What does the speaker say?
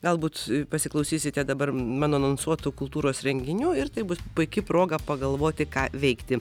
galbūt pasiklausysite dabar mano anonsuotų kultūros renginių ir tai bus puiki proga pagalvoti ką veikti